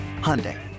Hyundai